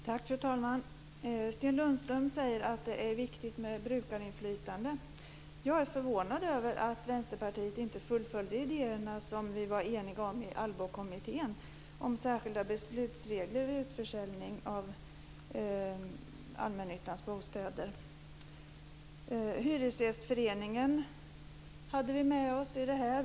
Fru talman! Sten Lundström säger att det är viktigt med brukarinflytande. Jag är förvånad över att Vänsterpartiet inte fullföljde idéerna, som vi var eniga om i Allbokommittén, om särskilda beslutsregler vid utförsäljning av allmännyttans bostäder. Vi hade Hyresgästföreningen med oss på det här.